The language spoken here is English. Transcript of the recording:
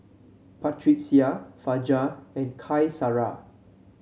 Batrisya Fajar and Qaisara